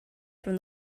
from